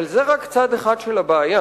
אבל זה רק צד אחד של הבעיה,